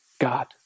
God